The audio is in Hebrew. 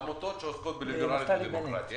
עמותות שעוסקות בליברליות ובדמוקרטיה.